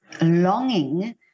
longing